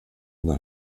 nach